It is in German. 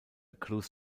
cruz